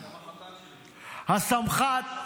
הסמח"ט,